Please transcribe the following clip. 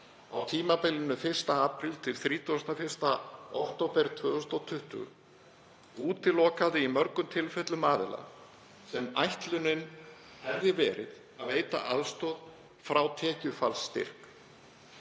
á tímabilinu 1. apríl til 31. október 2020, útilokaði í mörgum tilfellum aðila, sem ætlunin hefði verið að veita aðstoð, frá tekjufallsstyrk.